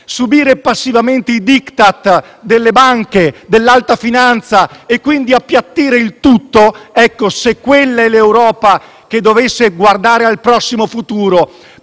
subire passivamente i *Diktat* delle banche e dell'alta finanza appiattendo il tutto, se quella è l'Europa che dovesse guardare al prossimo futuro,